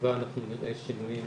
בתקווה אנחנו נראה שינויים